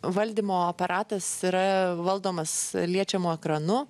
valdymo aparatas yra valdomas liečiamu ekranu